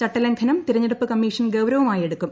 ചട്ടലംഘനം തിരഞ്ഞെടുപ്പ് commission ഗൌരവമായെടുക്കും